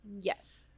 Yes